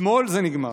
אתמול זה נגמר.